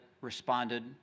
responded